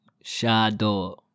Shadow